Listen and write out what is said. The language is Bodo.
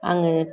आङो